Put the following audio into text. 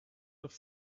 have